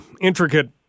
intricate